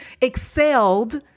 excelled